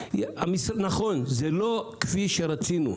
נכון, זה לא כפי שרצינו.